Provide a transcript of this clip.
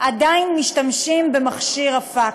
משתמשים במכשיר הפקס.